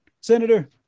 Senator